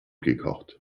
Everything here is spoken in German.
gekocht